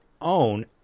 own